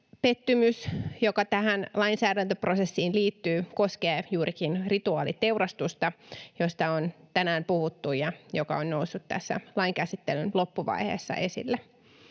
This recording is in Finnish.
pettymys, joka tähän lainsäädäntöprosessiin liittyy, koskee juurikin rituaaliteurastusta, josta on tänään puhuttu ja joka on noussut tässä lain käsittelyn loppuvaiheessa esille.